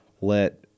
let